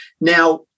Now